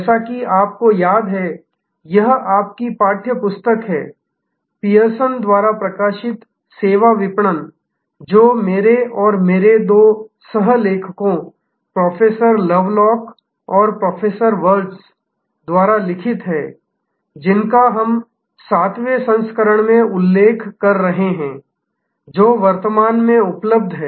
जैसा कि आपको याद है यह आपकी पाठ्य पुस्तक है पियर्सन द्वारा प्रकाशित सेवा विपणन जो मेरे और मेरे दो सह लेखकों प्रोफेसर लवलॉक और प्रोफेसर वर्त्ज़ द्वारा लिखित हैं जिनका हम 7 वें संस्करण में उल्लेख कर रहे हैं जो वर्तमान में उपलब्ध है